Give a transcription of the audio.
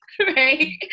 Right